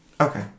okay